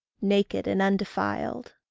naked and undefiled.